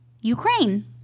Ukraine